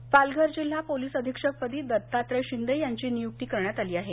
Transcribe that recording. Palghar police Palghar जिल्हा police अधीक्षक पदी दत्तात्रय शिंदे यांची नियुक्ती करण्यात आली आहे